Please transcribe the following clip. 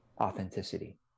authenticity